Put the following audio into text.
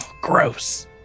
Gross